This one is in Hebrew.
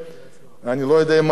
אני לא יודע מה העמדות שלהם,